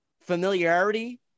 familiarity